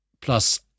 plus